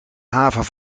haven